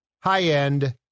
High-end